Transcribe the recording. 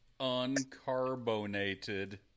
uncarbonated